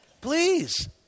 please